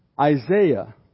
Isaiah